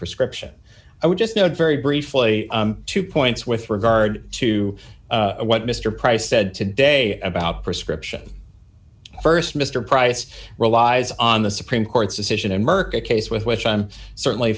prescription i would just note very briefly two points with regard to what mr price said today about prescription first mr price relies on the supreme court's decision in murka case with which i am certainly